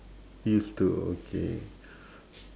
used to okay